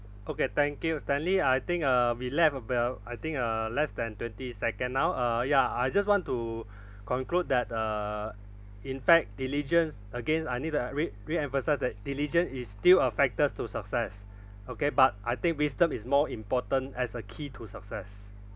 okay thank you stanley I think uh we left about I think uh less than twenty second now uh ya I just want to conclude that uh in fact diligence again I need to uh re~ reemphasise that diligent is still a factors to success okay but I think wisdom is more important as a key to success